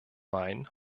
wein